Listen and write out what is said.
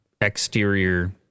exterior